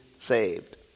saved